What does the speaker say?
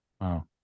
Wow